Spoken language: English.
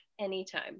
anytime